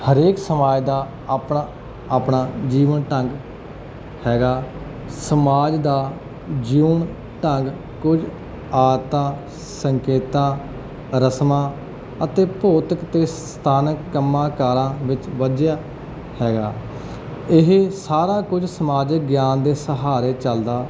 ਹਰੇਕ ਸਮਾਜ ਦਾ ਆਪਣਾ ਆਪਣਾ ਜੀਵਨ ਢੰਗ ਹੈਗਾ ਸਮਾਜ ਦਾ ਜਿਉਣ ਢੰਗ ਕੁਝ ਆਦਤਾਂ ਸੰਕੇਤਾਂ ਰਸਮਾਂ ਅਤੇ ਭੌਤਿਕ ਅਤੇ ਸਥਾਨਕ ਕੰਮਾਂ ਕਾਰਾਂ ਵਿੱਚ ਬੱਝਿਆ ਹੈਗਾ ਇਹ ਸਾਰਾ ਕੁਝ ਸਮਾਜਿਕ ਗਿਆਨ ਦੇ ਸਹਾਰੇ ਚੱਲਦਾ